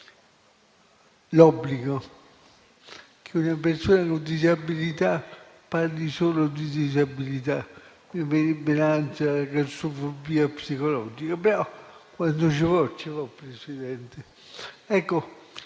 l'obbligo che una persona con disabilità parli solo di disabilità … mi verrebbe l'ansia, la claustrofobia psicologica, però quando ci vuole ci vuole, Presidente.